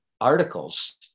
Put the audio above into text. articles